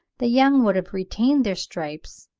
the young would have retained their stripes,